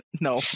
No